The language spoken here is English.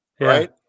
right